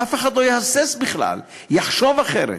אף אחד לא יהסס בכלל או יחשוב אחרת.